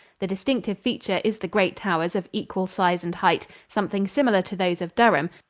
the distinctive feature is the great towers of equal size and height, something similar to those of durham,